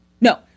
No